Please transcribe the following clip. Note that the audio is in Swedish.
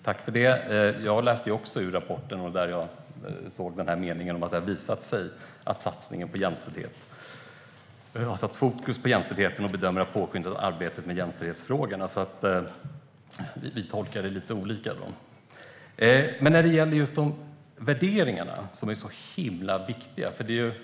Herr talman! Jag har också läst rapporten, och jag har svårt för meningen om att det har visat sig att satsningen på jämställdhet har satt fokus på jämställdheten och man bedömer att det har satts fokus på jämställdhetsfrågorna. Så vi tolkar det lite olika. Värderingarna är viktiga.